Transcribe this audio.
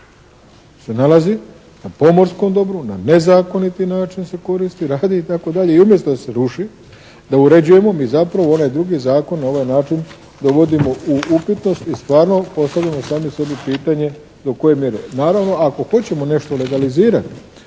… nalazi na pomorskom dobru na nezakoniti način se koristi, radi i tako dalje i umjesto da se ruši, da uređujemo mi zapravo onaj drugi zakon na ovaj način dovodimo u upitnost i stvarno postavljamo sami sebi pitanje do koje mjere? Naravno ako hoćemo nešto legalizirati